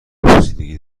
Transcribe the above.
پوسیدگی